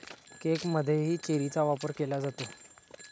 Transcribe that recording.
केकमध्येही चेरीचा वापर केला जातो